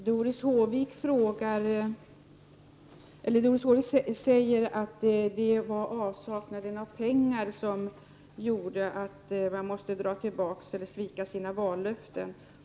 Herr talman! Doris Håvik sade att det var avsaknaden av pengar och inte den politiska realiteten som gjorde att man måste svika sina vallöften.